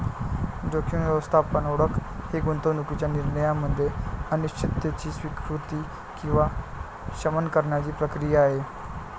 जोखीम व्यवस्थापन ओळख ही गुंतवणूकीच्या निर्णयामध्ये अनिश्चिततेची स्वीकृती किंवा शमन करण्याची प्रक्रिया आहे